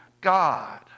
God